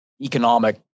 economic